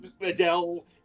adele